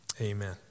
amen